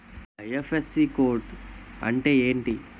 IFSC code అంటే ఏంటి?